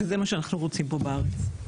וזה מה שאנחנו רוצים פה בארץ.